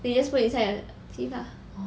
then you just put inside your teeth ah